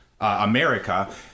America